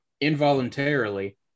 involuntarily